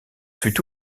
fut